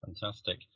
Fantastic